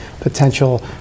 potential